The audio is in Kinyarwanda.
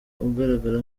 ugaragara